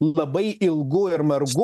labai ilgu ir margu